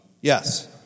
yes